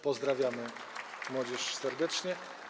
Pozdrawiamy młodzież serdecznie.